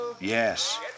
yes